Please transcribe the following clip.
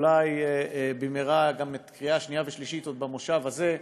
אולי במהרה גם בקריאה שנייה ושלישית עוד במושב הזה,